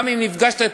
גם אם נפגשת אתו,